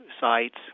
sites